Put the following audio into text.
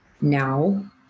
now